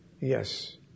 Yes